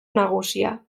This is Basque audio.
nagusia